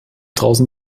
draußen